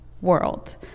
world